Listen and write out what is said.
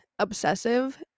obsessive